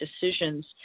decisions